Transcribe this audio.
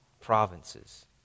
provinces